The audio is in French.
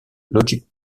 logic